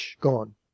gone